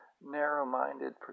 narrow-minded